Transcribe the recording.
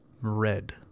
red